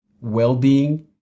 well-being